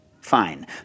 fine